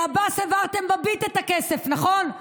לעבאס העברתם בביט את הכסף, נכון?